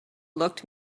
looked